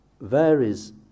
varies